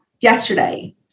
yesterday